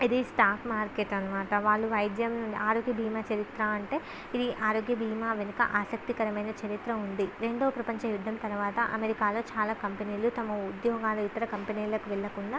ఇది stock market అన్నమాట వాళ్ళు వైద్యం ఆరోగ్య భీమా చరిత్ర అంటే ఇది ఆరోగ్య భీమా వెనుక ఆసక్తికరమైన చరిత్ర ఉంది రెండవ ప్రపంచ యుద్ధం తరువాత అమెరికాలో చాలా కంపెనీలు తమ ఉద్యోగాలు ఇతర కంపెనీలకు వెళ్ళకుండా